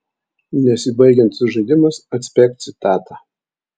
nesibaigiantis žaidimas atspėk citatą